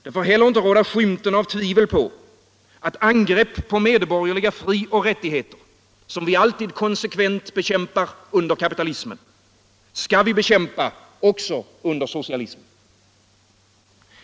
Det får inte heller råda skymten av tvivel på att angrepp på medborgerliga frioch rättigheter, som vi alltid konsekvent bekämpar under kapitalismen, skall vi bekämpa också under socialismen.